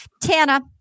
Tana